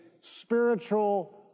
spiritual